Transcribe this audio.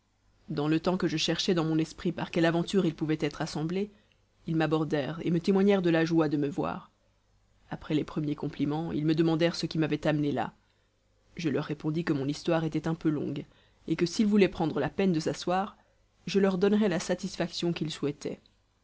dans le temps que je cherchais dans mon esprit par quelle aventure ils pouvaient être assemblés ils m'abordèrent et me témoignèrent de la joie de me voir après les premiers compliments ils me demandèrent ce qui m'avait amené là je leur répondis que mon histoire était un peu longue et que s'ils voulaient prendre la peine de s'asseoir je leur donnerais la satisfaction qu'ils souhaitaient